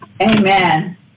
Amen